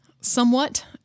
somewhat